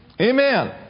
Amen